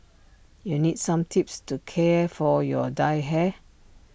you need some tips to care for your dyed hair